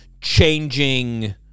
changing